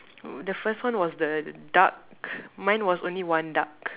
mm the first one was the duck mine was only one duck